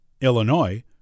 Illinois